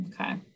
okay